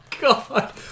god